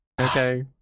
Okay